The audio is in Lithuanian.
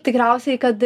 tikriausiai kad